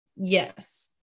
Yes